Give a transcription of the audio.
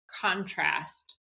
contrast